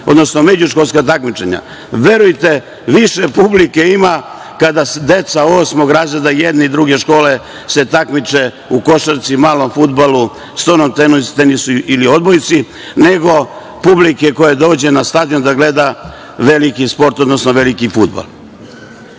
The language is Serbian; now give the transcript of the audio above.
odnosno međuškolska takmičenja. Verujte mi da više publike ima kada se deca osmog razreda, jedne i druge škole takmiče u košarci, malom fudbalu, stonom tenisu ili odbojci, nego publike koja dođe na stadion da gleda veliki sport, odnosno veliki